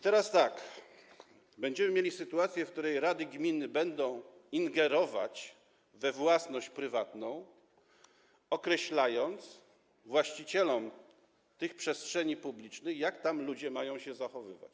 Teraz będziemy mieli sytuację, w której rady gminy będą ingerować we własność prywatną, określając właścicielom tych przestrzeni publicznych, jak ludzie mają się tam zachowywać.